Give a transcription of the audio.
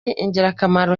ingirakamaro